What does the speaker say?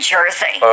Jersey